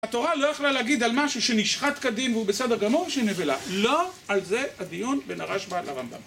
התורה לא יכלה להגיד על משהו שנשחט קדים והוא בסדר גמור שנבלה. לא על זה הדיון בנרשמה לרמב״ם.